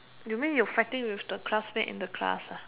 you mean you fighting with the class met in the class